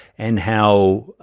and how,